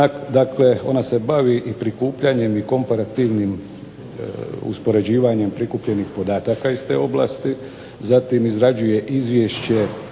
Dakle, ona se bavi i prikupljanjem i komparativnim uspoređivanjem prikupljenih podataka iz te oblasti. Zatim izrađuje izvješća